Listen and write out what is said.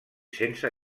sense